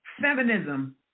Feminism